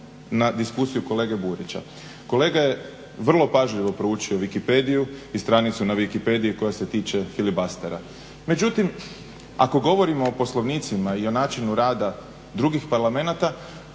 na diskusiju kolege Burića. Kolega je vrlo pažljivo proučio Wikipediju i stranicu na Wikipediji koja se tiče filibustera. Međutim, ako govorimo o poslovnicima i o načinu rada drugih Parlamenata